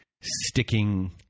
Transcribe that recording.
sticking